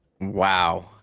Wow